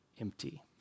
empty